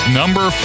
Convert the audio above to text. number